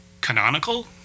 canonical